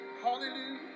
Hallelujah